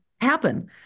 happen